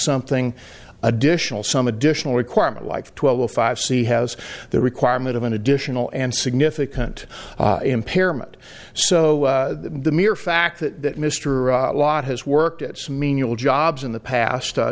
something additional some additional requirement like twelve o five c has the requirement of an additional and significant impairment so the mere fact that mr lott has worked at some menial jobs in the past